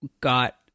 got